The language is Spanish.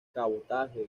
cabotaje